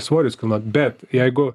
svorius kilnot bet jeigu